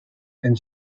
and